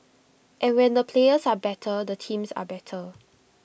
and when the players are better the teams are better